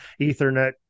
Ethernet